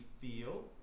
feel